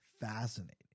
fascinating